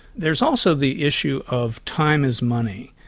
there is also the issue of time is money.